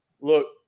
look